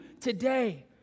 today